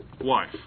wife